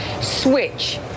switch